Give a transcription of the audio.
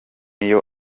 niyo